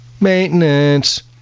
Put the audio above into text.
Maintenance